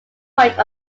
point